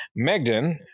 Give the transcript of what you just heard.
Megden